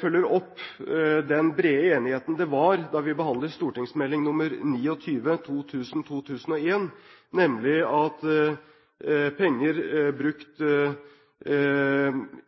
følger opp den brede enigheten det var da vi behandlet St.meld. nr. 29 for 2000–2001, nemlig at penger brukt